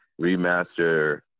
remaster